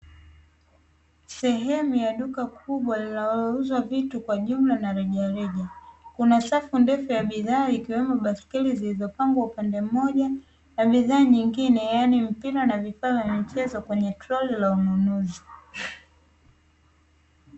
Sehemu ya duka kubwa linalouza vitu kwa jumla na rejareja. Kuna safu ndefu ya bidhaa ikiwemo baiskeli zilizopangwa upande mmoja na bidhaa nyingine yaani mpira na vifaa vya michezo kwenye troli la ununuzi.